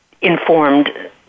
informed